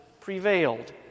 prevailed